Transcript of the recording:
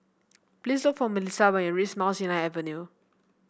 please look for Milissa when you reach Mount Sinai Avenue